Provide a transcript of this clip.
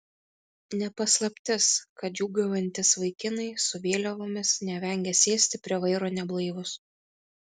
ne paslaptis kad džiūgaujantys vaikinai su vėliavomis nevengia sėsti prie vairo neblaivūs